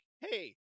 hey